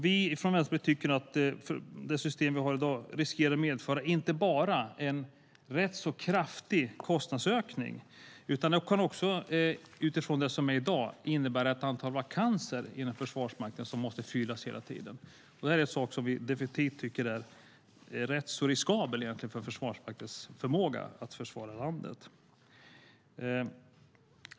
Vi från Vänsterpartiet tycker att det system som vi har i dag riskerar att medföra inte bara en rätt kraftig kostnadsökning, utan det kan också innebära ett antal vakanser inom Försvarsmakten som måste fyllas hela tiden. Det är en sak som vi definitivt tycker är rätt riskabel för Försvarsmaktens förmåga att försvara landet.